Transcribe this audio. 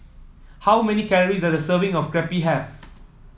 how many calories does a serving of Crepe have